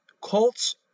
Colts